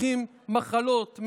מפתחים מחלות,